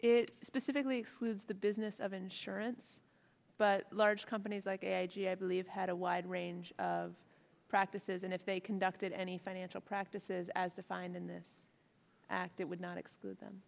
it specifically excludes the business of insurance but large companies like a g i believe had a wide range of practices and if they conducted any financial practices as defined in this act it would not exclude them